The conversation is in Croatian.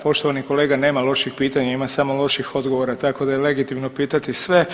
Poštovani kolega nema loših pitanja ima samo loših odgovora tako da je legitimno pitati sve.